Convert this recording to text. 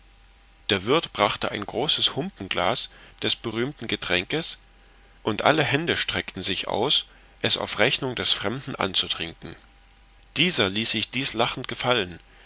der wirth brachte ein großes humpenglas des berühmten getränkes und alle hände streckten sich aus es auf rechnung des fremden anzutrinken dieser ließ sich dies lachend gefallen